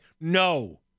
No